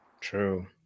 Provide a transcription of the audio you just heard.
True